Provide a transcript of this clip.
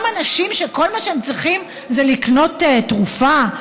אנשים שכל מה שהם צריכים זה לקנות תרופה?